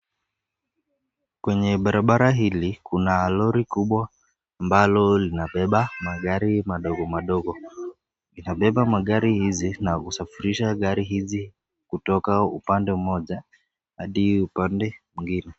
Kwenye barabara hili kuna lori kubwa ambalo lina beba magari madogo madogo, inabeba magari hizi nakusafirisha gari hizi kutoka upande moja hadi upande mwingine.